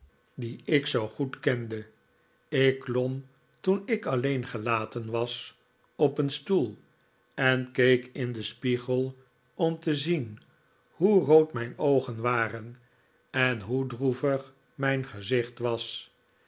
dien ik zoo goed kende ik klom toen ik alleen gelaten was op een stoel en keek in den spiegel om te zien hoe rood mijn oogen waren en hoe droevig mijn gezicht was